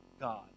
God